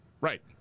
Right